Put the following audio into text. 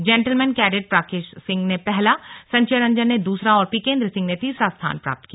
gentleman cadet Prakash Singh ने पहला संचय रंजन ने दूसरा और पीकेंद्र सिंह ने तीसरा स्थान प्राप्त किया